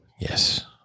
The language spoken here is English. Yes